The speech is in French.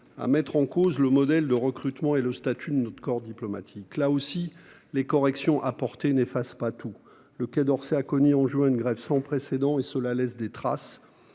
y compris le Sénat -le modèle de recrutement et le statut de notre corps diplomatique. Là encore, les corrections apportées n'effacent pas tout. Le Quai d'Orsay a connu, au mois de juin, une grève sans précédent, qui laisse des traces,